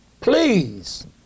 Please